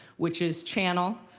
which is channel,